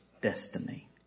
destiny